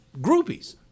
groupies